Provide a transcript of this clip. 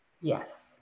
Yes